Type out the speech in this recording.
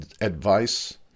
advice